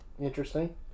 Interesting